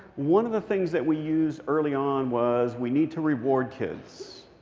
one of the things that we used early on was, we need to reward kids.